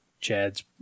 Chad's